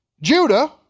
Judah